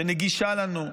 שנגישה לנו,